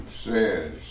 says